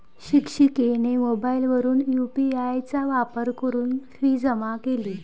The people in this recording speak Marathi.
शिक्षिकेने मोबाईलवरून यू.पी.आय चा वापर करून फी जमा केली